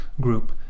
group